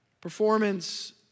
performance